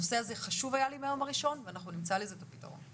הנושא הזה היה חשוב לי מהיום הראשון ואנחנו נמצא לזה את הפתרון.